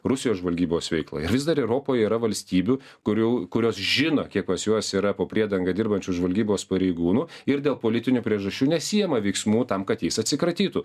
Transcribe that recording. rusijos žvalgybos veiklą ir vis dar europoj yra valstybių kurių kurios žino kiek pas juos yra po priedanga dirbančių žvalgybos pareigūnų ir dėl politinių priežasčių nesiima veiksmų tam kad jais atsikratytų